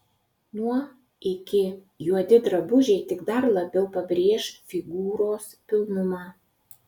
nuo iki juodi drabužiai tik dar labiau pabrėš figūros pilnumą